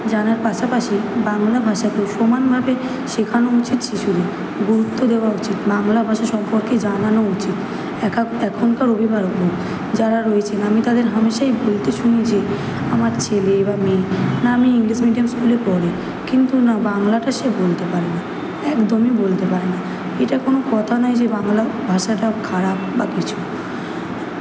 জানার পাশাপাশি বাংলা ভাষাকে সমানভাবে শেখানো উচিত শিশুদের গুরুত্ব দেওয়া উচিত বাংলা ভাষা সম্পর্কে জানানো উচিত একাক এখনকার অভিভাবকদের যারা রয়েছেন আমি তাদের হামেসাই বলতে শুনেছি আমার ছেলে বা মেয়ে নামি ইংলিশ মিডিয়াম স্কুলে পড়ে কিন্তু না বাংলাটা সে বলতে পারে না একদমই বলতে পারে না এটা কোনো কথা নয় যে বাংলা ভাষাটা খারাপ বা কিছু